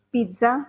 Pizza